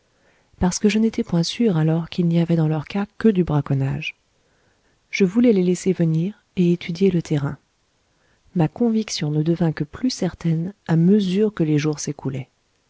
parce que je n'étais point sûr alors qu'il n'y avait dans leur cas que du braconnage je voulais les laisser venir et étudier le terrain ma conviction ne devint que plus certaine à mesure que les jours s'écoulaient